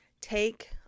take